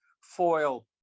foil